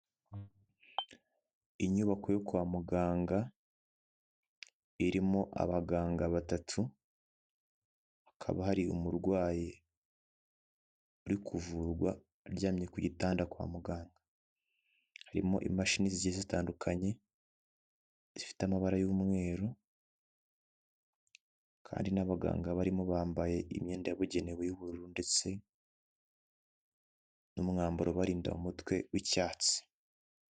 Inyubako yo kwa muganga irimo abaganga batatu, hakaba hari umurwayi uri kuvurwa aryamye ku gitanda kwa muganga. Harimo imashini zigiye zitandukanye zifite amabara y'umweru kandi n'abaganga barimo bambaye imyenda yabugenewe y'ubururu ndetse n'umwambaro ubarinda umutwe w'icyatsi.